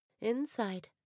Inside